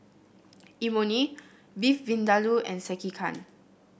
Imoni Beef Vindaloo and Sekihan